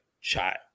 child